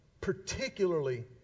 particularly